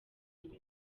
nyuma